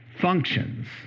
functions